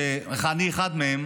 שאני אחד מהם,